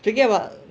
speaking about